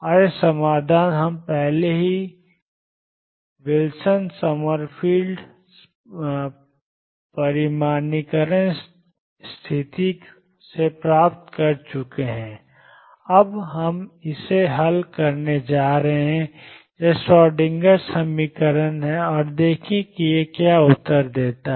और यह समाधान हम पहले ही विल्सन समरफ़ील्ड परिमाणीकरण स्थिति से प्राप्त कर चुके हैं अब हम इसे हल करने जा रहे हैं यह श्रोडिंगर समीकरण है और देखें कि यह क्या उत्तर देता है